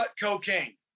cocaine